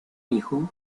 hijo